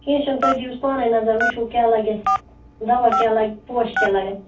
کیٚنٛہہ چھُنہٕ تُہۍ دِیٖوُس پانَے نظر وٕچھُو کیٛاہ لَگٮ۪س دَوا کیٛاہ لَگہِ پوش کیٛاہ لَگن